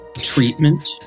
treatment